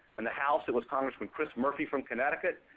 in the house, it was congressman chris murphy from connecticut,